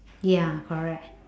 ya correct